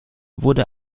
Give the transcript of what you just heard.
wurde